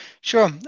Sure